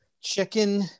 chicken